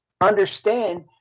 understand